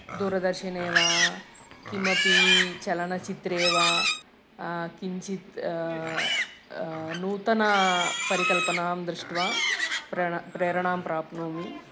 दूरदर्शने वा किमपि चलनचित्रे वा किञ्चित् नूतनां परिकल्पनां दृष्ट्वा प्रण प्रेरणां प्राप्नोमि